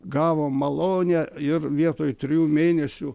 gavom malonę ir vietoj trijų mėnesių